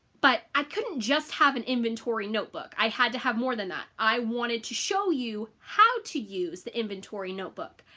but i couldn't just have an inventory notebook. i had to have more than that. i wanted to show you how to use the inventory notebook.